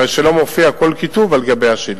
הרי שלא מופיע כל כיתוב על גבי השילוט.